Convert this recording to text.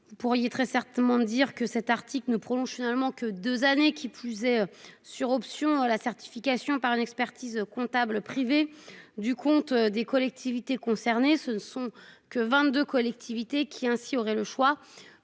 Pour lui, très certainement dire que cet article ne prolonge finalement que. 2 années. Qui plus est sur option la certification par une expertise comptable privé du compte des collectivités concernées. Ce ne sont que 22 collectivités qui ainsi auraient le choix